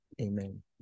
Amen